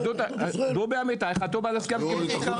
דובי אמיתי חתום על הסכם